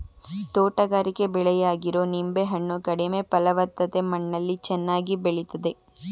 ತೋಟಗಾರಿಕೆ ಬೆಳೆಯಾಗಿರೊ ನಿಂಬೆ ಹಣ್ಣು ಕಡಿಮೆ ಫಲವತ್ತತೆ ಮಣ್ಣಲ್ಲಿ ಚೆನ್ನಾಗಿ ಬೆಳಿತದೆ